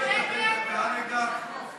שומעים אותך עוד, אבל, בבקשה,